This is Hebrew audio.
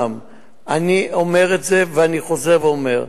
אני אומר את זה, ואני חוזר ואומר.